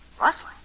Rustling